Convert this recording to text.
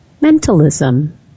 Mentalism